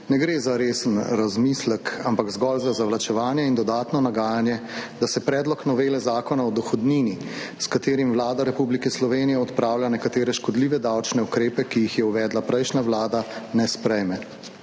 ne gre za resen razmislek, ampak zgolj za zavlačevanje in dodatno nagajanje, da se predlog novele Zakona o dohodnini, s katerim Vlada Republike Slovenije odpravlja nekatere škodljive davčne ukrepe, ki jih je uvedla prejšnja Vlada, ne sprejme.